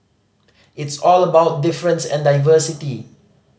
it's all about difference and diversity